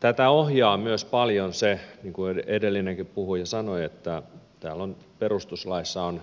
tätä ohjaa myös paljon se niin kuin edellinenkin puhuja sanoi että perustuslaissa